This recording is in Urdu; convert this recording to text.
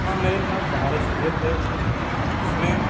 ہاں میرے پاس بہار شریعت ہے جس میں